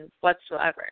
whatsoever